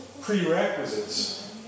prerequisites